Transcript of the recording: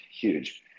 huge